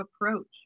approach